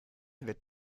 wird